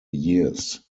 years